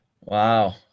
wow